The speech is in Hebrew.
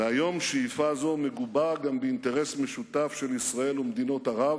והיום שאיפה זו מגובה גם באינטרס משותף של ישראל ומדינות ערב